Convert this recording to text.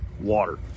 water